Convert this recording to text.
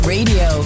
Radio